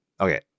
Okay